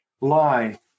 lie